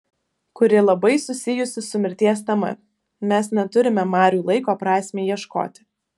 kuri labai susijusi su mirties tema mes neturime marių laiko prasmei ieškoti